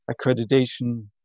accreditation